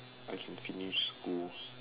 I can finish school